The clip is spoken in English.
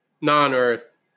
non-Earth